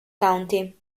county